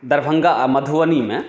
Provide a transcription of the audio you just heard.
दरभङ्गा आ मधुबनीमे